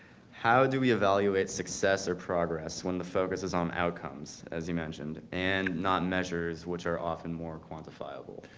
how do we evaluate success or progress when the focus is on outcomes, as you mentioned, and not measures which are often more quantifiable?